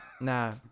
nah